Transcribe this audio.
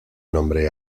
nombre